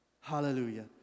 Hallelujah